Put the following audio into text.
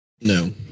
No